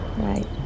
Right